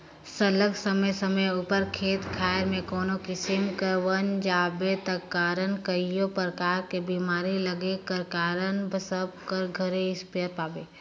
सरलग समे समे उपर खेत खाएर में कोनो किसिम कर बन जामे कर कारन कइयो परकार कर बेमारी लगे कर कारन सब कर घरे इस्पेयर पाबे